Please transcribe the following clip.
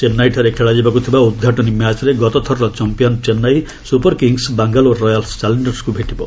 ଚେନ୍ନାଇଠାରେ ଖେଳାଯିବାକୁ ଥିବା ଉଦ୍ଘାଟନୀ ମ୍ୟାଚ୍ରେ ଗତଥରର champion Chennai Super Kings Bangalore Royal ଚ୍ୟାଲେଞ୍ଜର୍ସକ୍ ଭେଟିବ